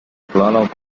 plano